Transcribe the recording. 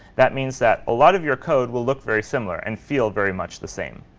that means that a lot of your code will look very similar and feel very much the same.